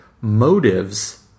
motives